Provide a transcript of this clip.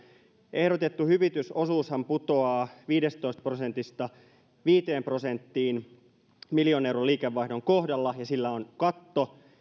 ehdotettu hyvitysosuushan putoaa viidestätoista prosentista viiteen prosenttiin miljoonan euron liikevaihdon kohdalla ja sillä on katto